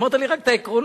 אמרת לי רק את העקרונות.